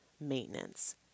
maintenance